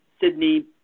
Sydney